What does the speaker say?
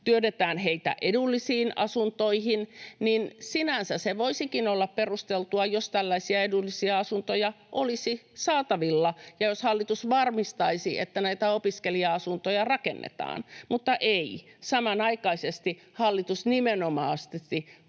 työnnetään heitä edullisiin asuntoihin, sinänsä voisikin olla perusteltua, jos tällaisia edullisia asuntoja olisi saatavilla ja jos hallitus varmistaisi, että näitä opiskelija-asuntoja rakennetaan. Mutta ei, samanaikaisesti hallitus nimenomaisesti